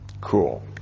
Cool